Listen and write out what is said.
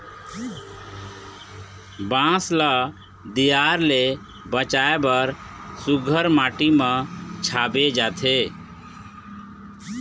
बांस ल दियार ले बचाए बर सुग्घर माटी म छाबे जाथे